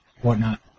whatnot